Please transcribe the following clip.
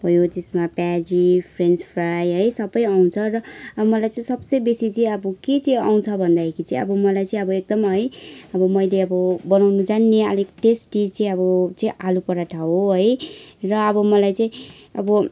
भयो त्यसमा प्याजी फ्रेन्च फ्राई है सबै आउँछ र मलाई चाहिँ सबसे बेसी चाहिँ अब के चाहिँ आउँछ भन्दाखेरि चाहिँ अब मलाई चाहिँ अब एकदम है अब मैले अब बनाउनु जान्ने अलिक टेस्टी चाहिँ अब चाहिँ आलुपराठा हो है र अब मलाई चाहिँ अब